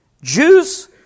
Jews